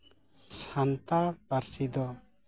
ᱥᱟᱱᱛᱟᱲ ᱯᱟᱹᱨᱥᱤ ᱫᱚ